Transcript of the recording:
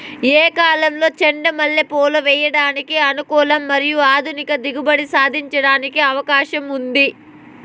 ఏ కాలంలో చెండు మల్లె పూలు వేయడానికి అనుకూలం మరియు అధిక దిగుబడి సాధించడానికి అవకాశం ఉంది?